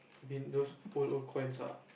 vin~ those old old coins ah